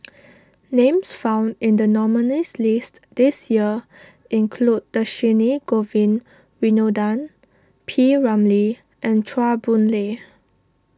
names found in the nominees' list this year include Dhershini Govin Winodan P Ramlee and Chua Boon Lay